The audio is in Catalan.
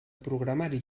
programari